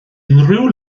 unrhyw